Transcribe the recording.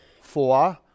Four